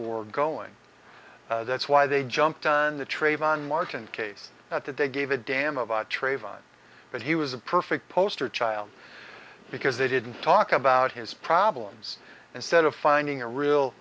war going that's why they jumped on the trayvon martin case at that they gave a damn about trayvon but he was a perfect poster child because they didn't talk about his problems instead of finding a real